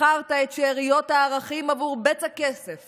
מכרת את שאריות הערכים עבור בצע כסף